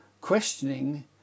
questioning